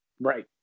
right